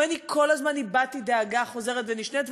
ואני כל הזמן הבעתי דאגה חוזרת ונשנית,